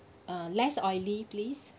uh less oily please